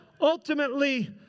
ultimately